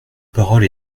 parole